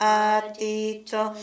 adito